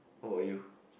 how about you